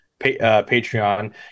Patreon